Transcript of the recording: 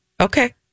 okay